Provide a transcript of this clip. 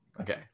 Okay